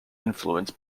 influence